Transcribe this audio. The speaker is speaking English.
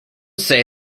say